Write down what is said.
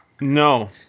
No